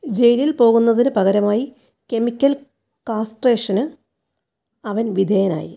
ജയിലിൽ പോകുന്നതിനു പകരമായി കെമിക്കൽ കാസ്ട്രേഷനു അവൻ വിധേയനായി